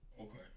okay